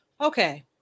Okay